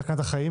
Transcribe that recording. סכנת החיים,